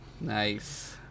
Nice